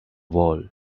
world